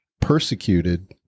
persecuted